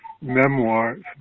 memoirs